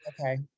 okay